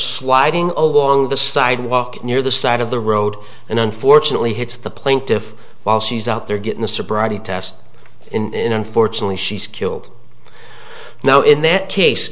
sliding along the sidewalk near the side of the road and unfortunately hits the plaintiff while she's out there getting a sobriety test in unfortunately she's killed now in that case